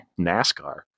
NASCAR